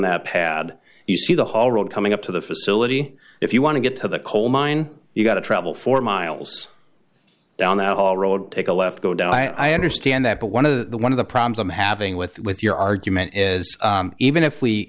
that pad you see the whole road coming up to the facility if you want to get to the coal mine you've got to travel four miles down that all road take a left go down i understand that but one of the one of the problems i'm having with with your argument is even if we